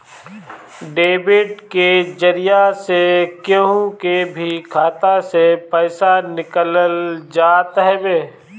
debit के जरिया से केहू के भी खाता से पईसा निकालल जात हवे